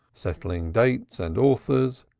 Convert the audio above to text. settling dates and authors,